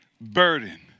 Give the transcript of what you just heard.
burden